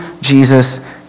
Jesus